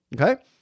Okay